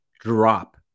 drop